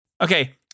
Okay